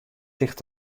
ticht